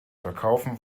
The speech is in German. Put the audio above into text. verkaufen